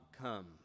come